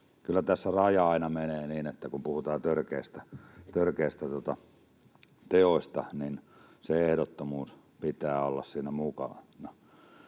Kyllä tässä raja aina menee niin, että kun puhutaan törkeistä teoista, niin sen ehdottomuuden pitää olla siinä mukana.